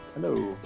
Hello